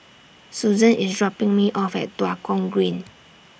Suzan IS dropping Me off At Tua Kong Green